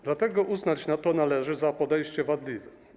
Dlatego uznać to należy za podejście wadliwe.